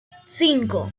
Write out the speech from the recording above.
cinco